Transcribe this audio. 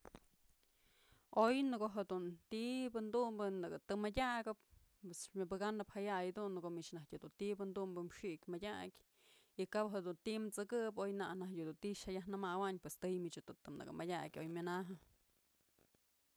Oy në ko'o ti'ibë dumbën nëkë tëy mëdyakëp pues myëbëkänëp jaya'a jedun në ko'o mich najtyë dun ti'ibë dumbë xi'ik mëdyak y kap jedun ti'i t'sëkëp oy nak najtyë dun ti'i xya yaj namawayn pues tëy mych dun të mëdyak oy mënajë.